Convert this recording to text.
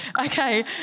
Okay